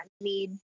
need